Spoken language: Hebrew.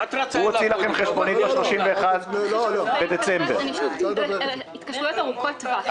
הוא הוציא חשבונית ב-31 בדצמבר --- מדובר בהתקשרויות ארוכות טווח.